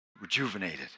rejuvenated